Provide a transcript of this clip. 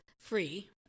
free